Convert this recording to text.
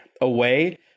away